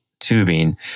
tubing